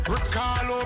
Recall